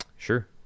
Sure